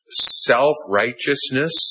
self-righteousness